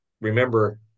remember